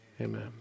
Amen